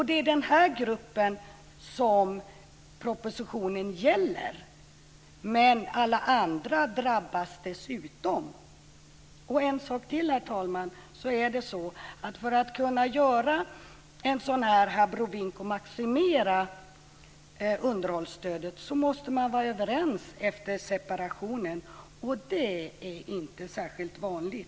Det är den gruppen som propositionen gäller men alla andra drabbas också. Dessutom är det så, herr talman, att för att kunna göra en sådan här abrovink och maximera underhållsstödet måste man vara överens efter separationen och det är inte särskilt vanligt.